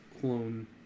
clone